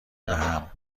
دهم